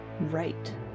right